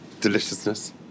deliciousness